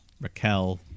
Raquel